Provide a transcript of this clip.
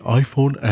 iPhone